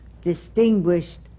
distinguished